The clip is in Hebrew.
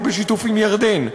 או בשיתוף עם ירדן,